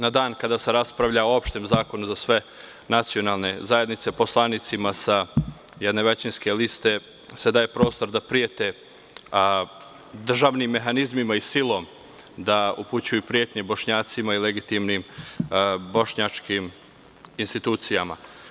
Na dan kada se raspravlja o opštem zakonu za sve nacionalne zajednice, poslanicima sa jedne većinske liste se daje prostor da prete državnim mehanizmima i silom, da upućuju pretnje Bošnjacima i legitimnim bošnjačkim institucijama.